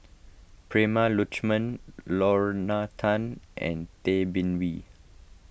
Prema Letchumanan Lorna Tan and Tay Bin Wee